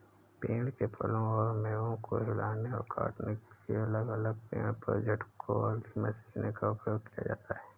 पेड़ से फलों और मेवों को हिलाने और काटने के लिए अलग अलग पेड़ पर झटकों वाली मशीनों का उपयोग किया जाता है